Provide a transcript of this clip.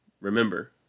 remember